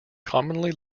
commonly